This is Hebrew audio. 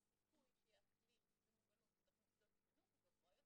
הסיכוי שיהיה אקלים ומוגנות בתוך מוסדות חינוך הוא גבוה יותר.